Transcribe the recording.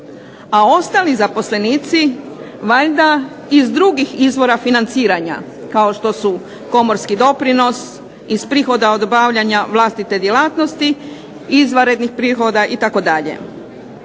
a ostali zaposlenici valjda iz drugih izvora financiranja kao što su komorski doprinos, iz prihoda od obavljanja vlastite djelatnosti, izvanrednih prihoda itd.